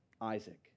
Isaac